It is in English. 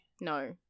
No